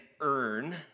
earn